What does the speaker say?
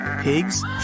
Pigs